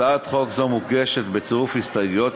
הצעת חוק זו מוגשת בצירוף הסתייגויות,